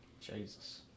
Jesus